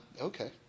okay